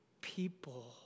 people